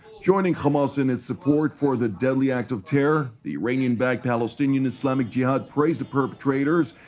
joining hamas in its support for the deadly act of terror, the iranian-backed palestinian islamic jihad praised the perpetrators,